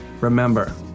remember